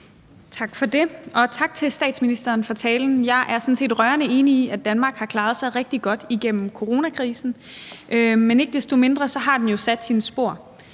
Tak for det, og tak til statsministeren for talen. Jeg er sådan set rørende enig i, at Danmark har klaret sig rigtig godt igennem coronakrisen, men ikke desto mindre har den jo sat sine spor,